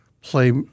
play